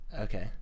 Okay